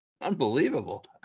Unbelievable